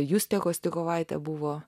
justė kostikovaitė buvo